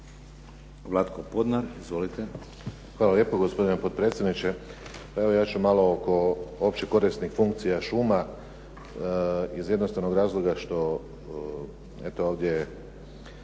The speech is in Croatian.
Vlatko (SDP)** Hvala lijepo gospodine potpredsjedniče, evo ja ću malo oko opće korisnih funkcija šuma, iz jednostavnog razloga što eto ovdje